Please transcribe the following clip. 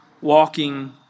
walking